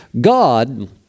God